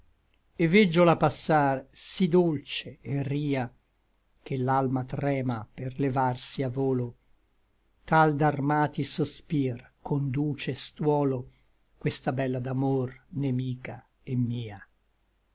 et veggiola passar sí dolce et ria che l'alma trema per levarsi a volo tal d'armati sospir conduce stuolo questa bella d'amor nemica et mia